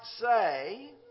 say